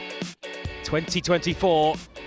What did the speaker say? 2024